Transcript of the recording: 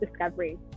discovery